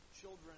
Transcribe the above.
Children